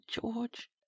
George